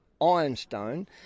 ironstone